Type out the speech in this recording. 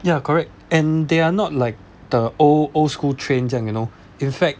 ya correct and they are not like the old old school train 这样 you know in fact